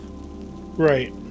Right